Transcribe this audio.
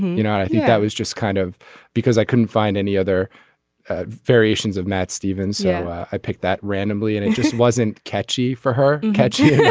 you know i think that was just kind of because i couldn't find any other variations of matt stevens so i picked that randomly and it just wasn't catchy for her catchy